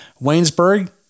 Waynesburg